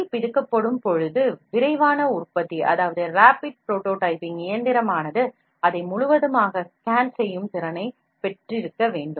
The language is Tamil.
பொருள் பிதுக்கப்படும் பொழுது விரைவான உற்பத்தி இயந்திரம் ஆனது அதை முழுவதுமாக ஸ்கேன் செய்யும் திறனை பெற்றிருக்க வேண்டும்